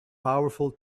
powerful